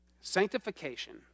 Sanctification